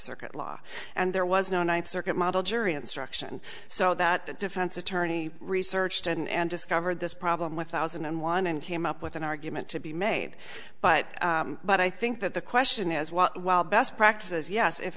circuit law and there was no ninth circuit model jury instruction so that the defense bernie researched and discovered this problem with thousand and one and came up with an argument to be made but but i think that the question is well while best practices yes if